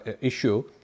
issue